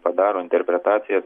padaro interpretacijas